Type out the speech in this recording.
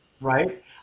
right